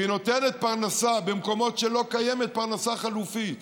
והיא נותנת פרנסה במקומות שלא קיימת פרנסה חלופית.